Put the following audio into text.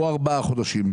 או ארבעה חודשים,